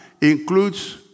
includes